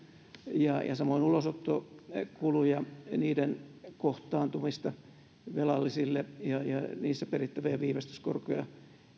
ja samoin ulosottokuluja niiden kohdentumista velallisille ja niissä perittäviä viivästyskorkoja